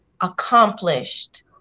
accomplished